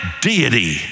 deity